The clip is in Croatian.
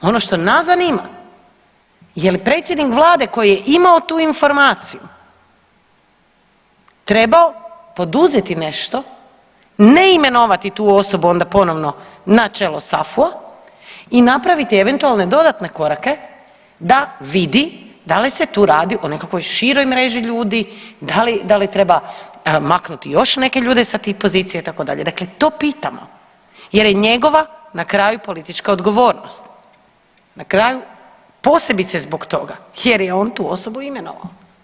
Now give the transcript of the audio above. Ono što nas zanima je li predsjednik Vlade koji je imao tu informaciju trebao poduzeti nešto, ne imenovati tu osobu onda ponovno na čelo SAFU-a i napraviti eventualno dodatne korake da vidi da li se tu radi o nekakvoj široj mreži ljudi, da li treba maknuti još neke ljude sa tih pozicija itd., dakle to pitamo jer je njegova na kraju politička odgovornost, na kraju posebice zbog toga jer je on tu osobu imenovao.